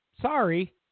sorry